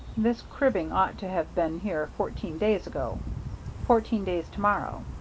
this cribbing ought to have been here fourteen days ago fourteen days to-morrow.